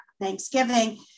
Thanksgiving